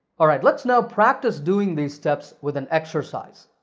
alright, let's now practice doing these steps with an exercise.